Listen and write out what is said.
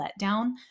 letdown